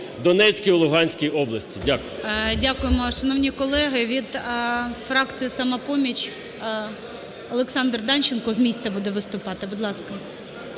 Донецькій і Луганській областях. Дякую. ГОЛОВУЮЧИЙ. Дякуємо. Шановні колеги, від фракції "Самопоміч" Олександр Данченко з місця буде виступати. Будь ласка.